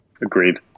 agreed